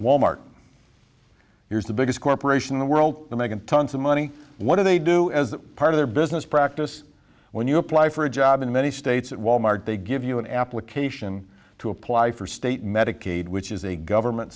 wal mart here's the biggest corporation the world making tons of money what do they do as part of their business practice when you apply for a job in many states at wal mart they give you an application to apply for state medicaid which is a government